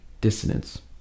dissonance